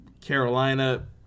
Carolina